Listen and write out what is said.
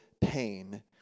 pain